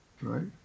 right